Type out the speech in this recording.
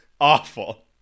Awful